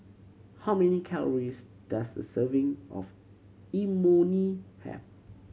how many calories does a serving of Imoni have